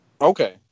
okay